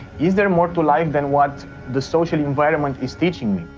is there more to life than what the social environment is teaching